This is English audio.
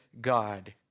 God